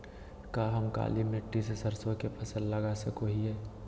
का हम काली मिट्टी में सरसों के फसल लगा सको हीयय?